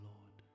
Lord